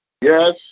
Yes